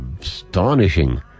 astonishing